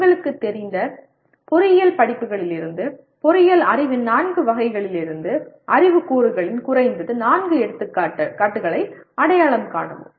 உங்களுக்குத் தெரிந்த பொறியியல் படிப்புகளிலிருந்து பொறியியல் அறிவின் நான்கு வகைகளிலிருந்து அறிவு கூறுகளின் குறைந்தது நான்கு எடுத்துக்காட்டுகளை அடையாளம் காணவும்